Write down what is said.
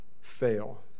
fail